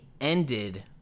ended